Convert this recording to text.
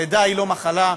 לידה היא לא מחלה.